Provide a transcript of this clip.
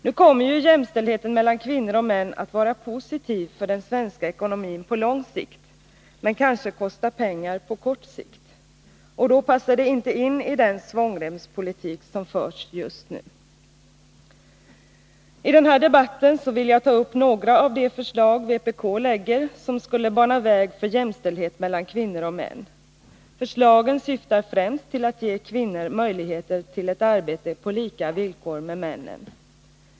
Nu kommer ju jämställdheten mellan kvinnor och män att vara positiv för den svenska ekonomin på lång sikt men kanske kosta pengar på kort sikt, och då passar den inte in i den svångremspolitik som förs just nu. I den här debatten vill jag ta upp några av de förslag vpk lägger fram, som skulle bana väg för jämställdhet mellan kvinnor och män. Förslagen syftar främst till att ge kvinnor möjligheter till arbete på samma villkor som männen.